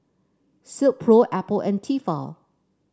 Silkpro Apple and Tefal